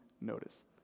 notice